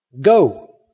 go